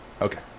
Okay